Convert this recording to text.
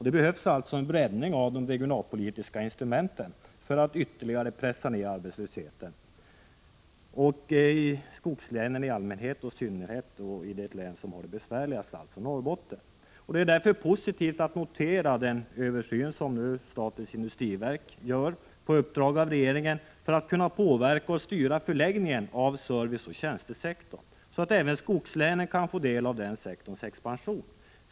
Det behövs alltså en breddning av de regionalpolitiska instrumenten för att ytterligare pressa ner arbetslösheten i skogslänen i allmänhet och i synnerhet i det län som har det besvärligast, alltså Norrbotten. Det är därför positivt att notera den översyn som statens industriverk nu gör på uppdrag av regeringen för att kunna påverka och styra 103 förläggningen av serviceoch tjänstesektorn, så att även skogslänen kan få del av den sektorns expansion.